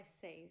save